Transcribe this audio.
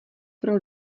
pro